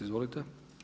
Izvolite.